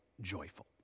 joyful